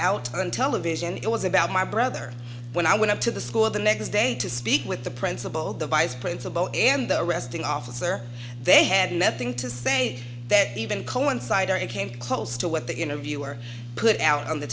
out on television it was about my brother when i went up to the school the next day to speak with the principal the vice principal and the arresting officer they had nothing to say that even coincide i came close to what the interviewer put out on the